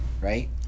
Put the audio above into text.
right